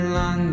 London